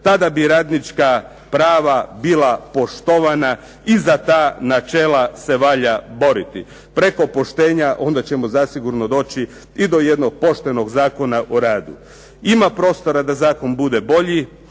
tada bi radnička prava bila poštovana i za ta načela se valja boriti. Preko poštenja onda ćemo zasigurno doći i do jednog poštenog Zakona o radu. Ima prostora da zakon bude bolji.